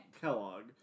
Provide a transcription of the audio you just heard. Kellogg